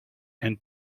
and